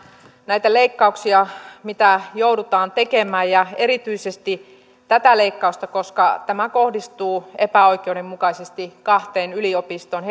näitä leikkauksia mitä joudutaan tekemään ja erityisesti tätä leikkausta koska tämä kohdistuu epäoikeudenmukaisesti kahteen yliopistoon